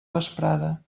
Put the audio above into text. vesprada